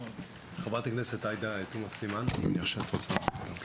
חברת הכנסת עאידה תומא סלימאן הנה עכשיו בבקשה.